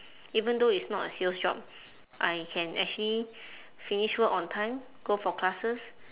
even though it's not a sales job I can actually finish work on time go for classes